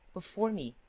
before me,